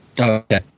okay